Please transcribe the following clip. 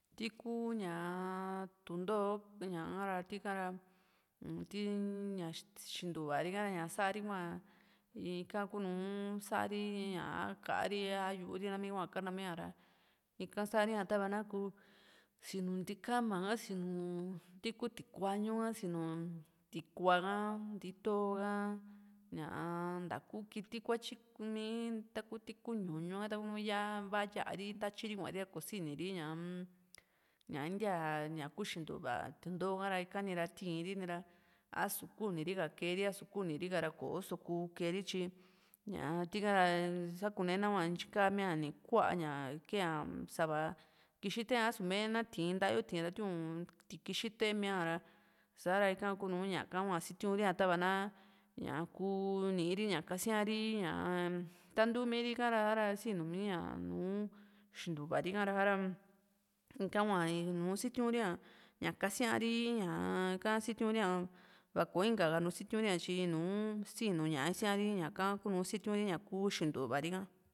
ti kuu ña túndoo ña´ha ra ti xintuva ri´ha ra ña sa´ri hua ika kuunu sa´ri ña a ka´a ri a yu´u ri nami hua kanamía ra ika sa´ri tava na kuu sinu nti´kama sinu ti kú tikuañu ka sinu tiku´a ha ntíto ka ñaa natukuu kiti kuatyi mii taku ti kuu ñuñu ka ya iva ya´a ri natyiri kuari ra kosini ñaa ñá intíaa ña kuu xintuva túndoo ka´ra ikani ra tii´n ri ni´ra a´su kuniri ka ra keeri a´su kuniri ka´ra kò´o so kuu keri tyi ñaa tika ra sakune nahua ntyi kamíaa kúaa ña ke´a sava kixi tee a´su mee na tiin nta´a yo tiin ra tiun tikixi tee mía ra sa´ra ika kunu ña´ka hua sitiun ri tava na ñáa kuu niiri ña kasíari ñaa-m tantuu miiri ika ra sinumíi ña nùù xintuvari ka ra sa´ra ika kuaa nùù sitiuri´a kasíari ñaa ka sitiuri´a va kò´o inka ka nu sitiuri´a tyi nùù sinu ñaa isíari ñaka kuunu sitiuuri ña kuu xintuvari ka